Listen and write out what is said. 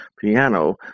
piano